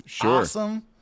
awesome